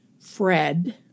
Fred